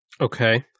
Okay